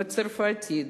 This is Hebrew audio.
בצרפתית,